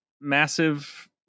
massive